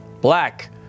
black